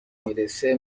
میرسه